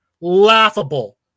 Laughable